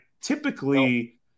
typically